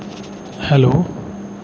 hello